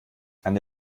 eine